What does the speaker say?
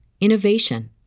innovation